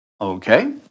Okay